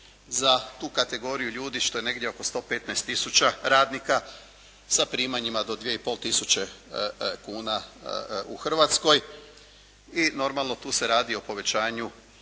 za tu kategoriju ljudi što je negdje oko 115 tisuća radnika sa primanjima do dvije i pol tisuće kuna u Hrvatskoj i normalno tu se radi o povećanju